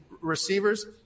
receivers